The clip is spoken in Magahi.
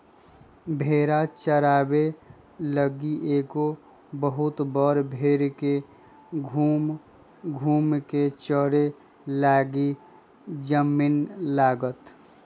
भेड़ा चाराबे लागी एगो बहुत बड़ भेड़ के घुम घुम् कें चरे लागी जमिन्न लागत